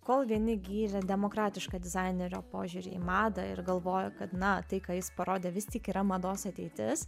kol vieni gyrė demokratišką dizainerio požiūrį į madą ir galvojo kad na tai ką jis parodė vis tik yra mados ateitis